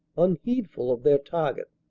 unheedful of their target.